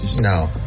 No